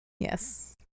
Yes